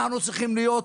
אנחנו צריכים להיות,